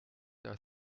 are